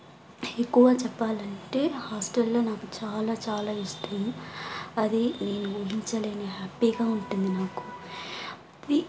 ఎక్కువ చెప్పాలంటే హాస్టల్లో నాకు చాలా చాలా ఇష్టం అది నేను ఊహించలేని హ్యాపీగా ఉంటుంది నాకు